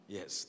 Yes